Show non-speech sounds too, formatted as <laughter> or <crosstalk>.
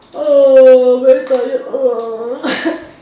oh very tired uh <noise>